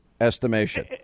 estimation